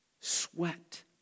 sweat